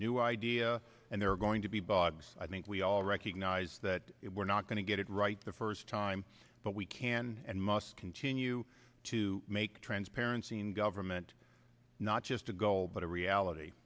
new idea and there are going to be bugs i think we all recognize that we're not going to get it right the first time but we can and must continue to make transparency in government not just a goal but a reality